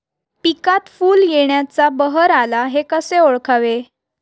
पिकात फूल येण्याचा बहर आला हे कसे ओळखावे?